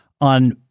on